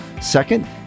Second